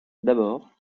d’abord